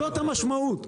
זאת המשמעות.